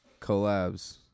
collabs